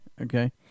Okay